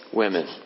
women